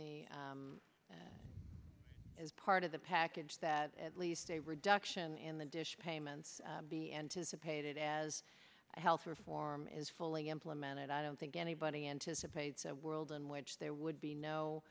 the as part of the package that at least a reduction in the dish payments be anticipated as health reform is fully implemented i don't think anybody anticipated a world in which there would be no